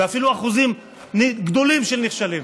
ואפילו אחוזים גדולים של נכשלים.